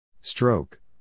Stroke